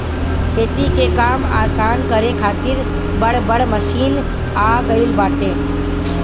खेती के काम आसान करे खातिर बड़ बड़ मशीन आ गईल बाटे